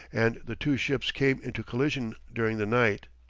and the two ships came into collision during the night.